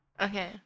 Okay